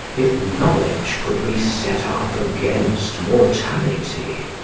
if knowledge could be set up against mortality.